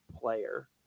player